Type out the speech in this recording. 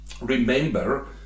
Remember